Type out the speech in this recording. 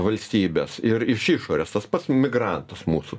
valstybes ir iš išorės tas pats migrantas mūsų